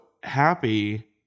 happy